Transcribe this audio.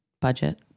budget